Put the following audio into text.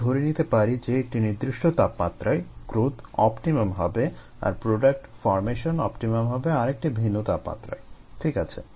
আমরা ধরে নিতে পারি যে একটি নির্দিষ্ট তাপমাত্রায় গ্রোথ অপটিমাম হবে আর প্রোডাক্ট ফর্মেশন অপটিমাম হবে আরেকটি ভিন্ন তাপমাত্রায় ঠিক আছে